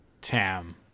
Tam